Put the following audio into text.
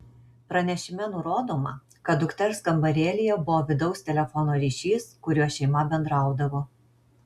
pranešime nurodoma kad dukters kambarėlyje buvo vidaus telefono ryšys kuriuo šeima bendraudavo